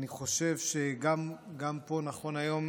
אני חושב שגם נכון היום